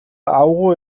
аугаа